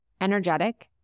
energetic